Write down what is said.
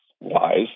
wise